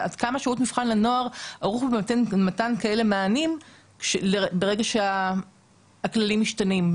עד כמה שירות המבחן לנוער ערוך במתן כאלה מענים ברגע שהכללים משתנים?